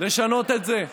לשנות את זה.